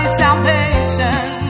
salvation